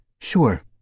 Sure